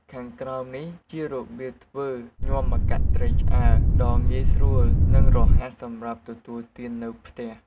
ខាងក្រោមនេះជារបៀបធ្វើញាំម្កាក់ត្រីឆ្អើរដ៏ងាយស្រួល និងរហ័សសម្រាប់ទទួលទាននៅផ្ទះ។